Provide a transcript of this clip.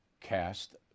cast